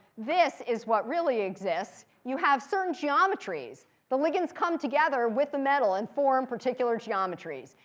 this is what really exists. you have certain geometries. the ligands come together with the metal and form particular geometries.